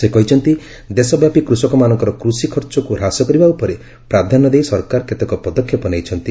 ସେ କହିଛନ୍ତି ଦେଶବ୍ୟାପୀ କୃଷକମାନଙ୍କର କୃଷିଖର୍ଚ୍ଚକୁ ହ୍ରାସ କରିବା ଉପରେ ପ୍ରାଧାନ୍ୟ ଦେଇ ସରକାର କେତେକ ପଦକ୍ଷେପ ନେଇଛନ୍ତି